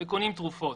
וקונים תרופות,